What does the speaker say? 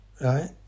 right